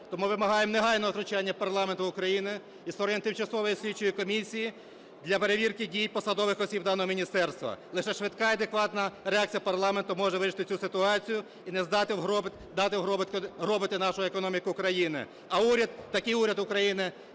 Тому вимагаємо негайного втручання парламенту України і створення Тимчасової слідчої комісії для перевірки дій посадових осіб даного міністерства. Лише швидка і адекватна реакція парламенту може вирішити цю ситуацію і не дати гробити нашу економіку країни, а уряд, такий уряд України